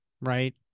right